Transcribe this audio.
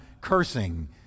cursing